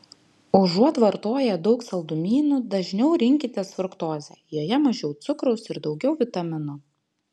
užuot vartoję daug saldumynų dažniau rinkitės fruktozę joje mažiau cukraus ir daugiau vitaminų